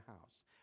house